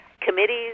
committees